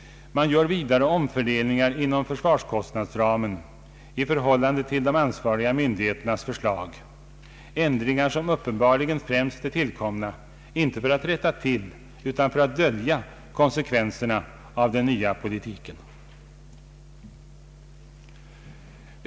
Man gör vidare omfördelningar inom försvarskostnadsramen i förhållande till de ansvariga myndigheternas förslag, ändringar som uppenbarligen främst är tillkomna inte för att rätta till utan för att dölja konsekvenserna av den nya politiken.